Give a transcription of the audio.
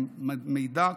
הם מידע קשה.